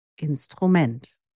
Instrument